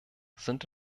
sind